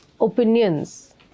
opinions